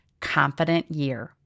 confidentyear